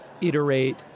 iterate